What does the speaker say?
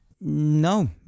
No